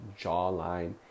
jawline